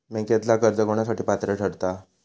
बँकेतला कर्ज कोणासाठी पात्र ठरता?